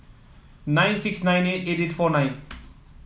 nine six nine eight eight eight four nine